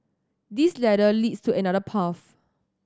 this ladder leads to another path